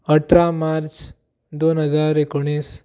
अठरा मार्च दोन हजार एकोणीस